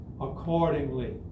accordingly